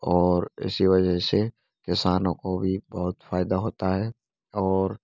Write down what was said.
और इसी वजह से किसानों को भी बहुत फायदा होता है और